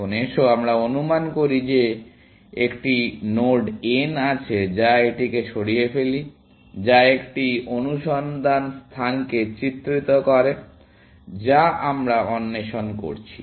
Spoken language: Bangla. এখন এসো আমরা অনুমান করি যে একটি নোড n আছে যা এটিকে সরিয়ে ফেলি যা একটি অনুসন্ধান স্থানকে চিত্রিত করে যা আমরা অন্বেষণ করছি